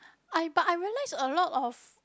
I but I realised a lot of